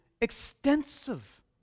extensive